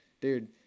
dude